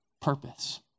purpose